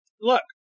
look